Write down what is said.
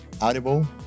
Audible